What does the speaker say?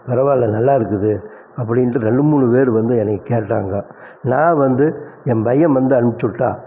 பரவாயில்ல நல்லா இருக்குது அப்படின்ட்டு ரெண்டு மூணு பேர் வந்து என்னைய கேட்டாங்க நான் வந்து என் பையன் வந்து அனுப்பிச்சிவுட்டான்